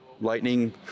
Lightning